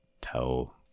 tell